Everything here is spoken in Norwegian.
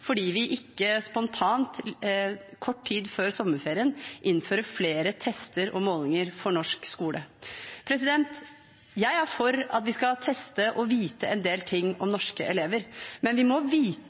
fordi vi ikke spontant, kort tid før sommerferien, innfører flere tester og målinger for norsk skole. Jeg er for at vi skal teste og vite en del ting om